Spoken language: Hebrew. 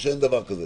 או שאין דבר כזה?